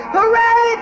Hooray